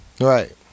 right